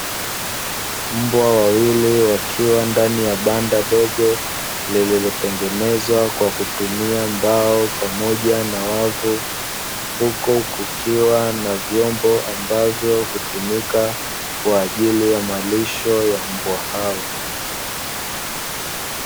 Mbwa wawili wakiwa ndani ya banda dogo lililotengenezwa kwa kutumia mbao pamoja na wavu, huku kukiwa na vyombo ambavyo hutumika kwa ajili ya malisho ya mbwa hao.